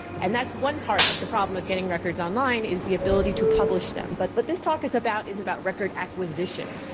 and that's one part of the problem with getting records online, is the ability to publish them. but what this talk is about is about record acquisition.